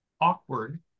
awkward